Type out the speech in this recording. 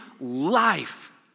life